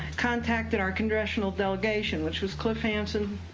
contacted our congressional delegation which was cliff hansen,